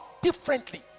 differently